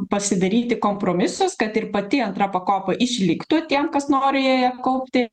pasidaryti kompromisus kad ir pati antra pakopa išliktų tiem kas nori joje kaupti